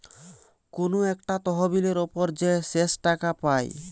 কুনু একটা তহবিলের উপর যে শেষ টাকা পায়